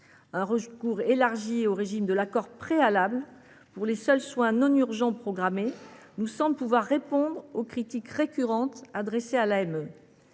Un recours élargi au régime de l’accord préalable pour les seuls soins non urgents programmés nous semble susceptible de répondre aux critiques récurrentes qui lui